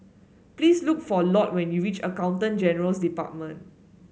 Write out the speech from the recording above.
please look for Lott when you reach Accountant General's Department